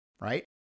right